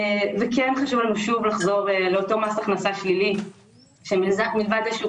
כן חשוב לנו לחזור לאותו מס הכנסה שלילי שמלבד זה שהוא